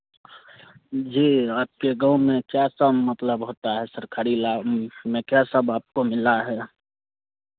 जी आपके गाँव में क्या सब मतलब होता है सरकारी लाभ उसमें क्या सब आपको मिला है